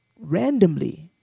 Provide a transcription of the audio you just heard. randomly